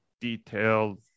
detailed